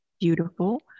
beautiful